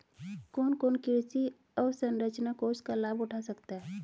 कौन कौन कृषि अवसरंचना कोष का लाभ उठा सकता है?